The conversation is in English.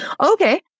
Okay